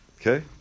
Okay